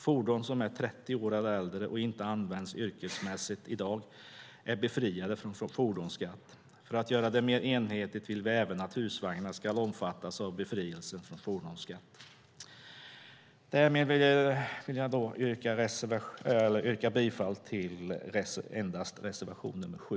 Fordon som är 30 år eller äldre och inte används yrkesmässigt är i dag befriade från fordonsskatt. För att göra det mer enhetligt vill vi att även husvagnar ska omfattas av befrielse från fordonsskatt. Därmed vill jag yrka bifall till reservation 7.